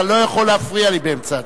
אתה לא יכול להפריע לי באמצע הצבעה,